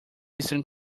eastern